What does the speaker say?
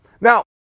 Now